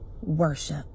worship